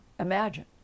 imagine